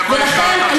לכן,